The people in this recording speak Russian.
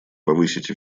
повысить